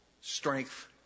strength